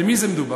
על מי מדובר?